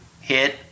hit